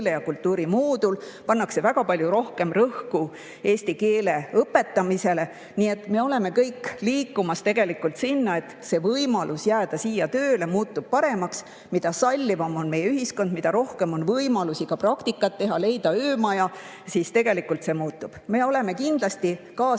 ja kultuuri moodul, pannakse väga palju rohkem rõhku eesti keele õpetamisele. Nii et me kõik liigume tegelikult sinnapoole, et võimalus jääda siia tööle muutub paremaks. Mida sallivam on meie ühiskond, mida rohkem on võimalusi ka praktikat teha, leida majutust, [seda parem]. Tegelikult see muutub.Me oleme kindlasti ka